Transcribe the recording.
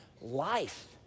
life